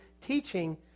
teaching